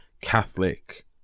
Catholic